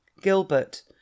Gilbert